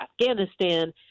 Afghanistan